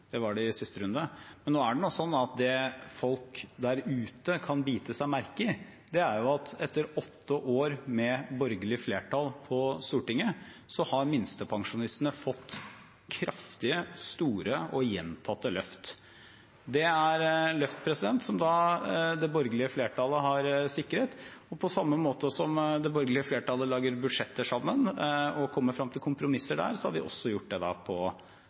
Det var det i siste runde. Men det folk der ute kan bite seg merke i, er at etter åtte år med borgerlig flertall på Stortinget har minstepensjonistene fått kraftige, store og gjentatte løft. Det er løft som det borgerlige flertallet har sikret. På samme måte som det borgerlige flertallet lager budsjetter sammen og kommer frem til kompromisser der, har vi også gjort det